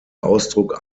ausdruck